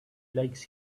likes